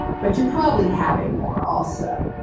but you're probably having more, also.